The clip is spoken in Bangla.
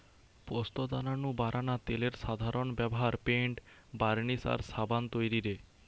পোস্তদানা নু বারানা তেলের সাধারন ব্যভার পেইন্ট, বার্নিশ আর সাবান তৈরিরে